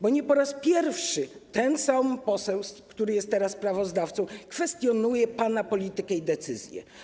Bo nie po raz pierwszy ten sam poseł, który jest teraz sprawozdawcą, kwestionuje pana politykę i decyzję.